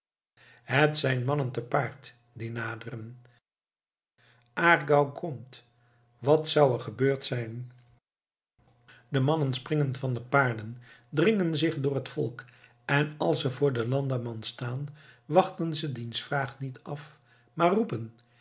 het zijn mannen te paard die naderen aargau komt wat zou er gebeurd zijn de mannen springen van de paarden dringen zich door het volk en als ze voor den landamman staan wachten ze diens vraag niet af maar roepen